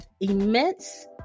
immense